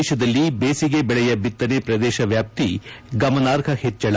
ದೇಶದಲ್ಲಿ ಬೇಸಿಗೆ ಬೆಳೆಯ ಬಿತ್ತನೆ ಪ್ರದೇಶ ವ್ಯಾಪ್ತಿ ಗಮನಾರ್ಹ ಹೆಚ್ವಳ